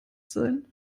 sein